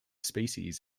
species